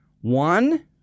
One